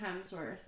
Hemsworth